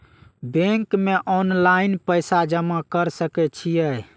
Bank में online पैसा जमा कर सके छीये?